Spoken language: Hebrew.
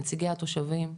נציגי התושבים,